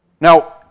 Now